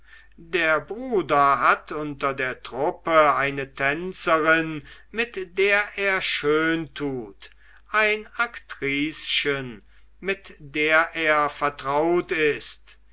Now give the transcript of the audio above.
der bruder hat unter der truppe eine tänzerin mit der er schöntut ein aktrischen mit der er vertraut ist